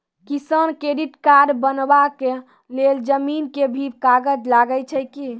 किसान credit card बनबा के लेल जमीन के भी कागज लागै छै कि?